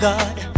God